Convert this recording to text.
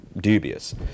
dubious